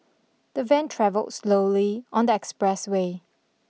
the van travelled slowly on the expressway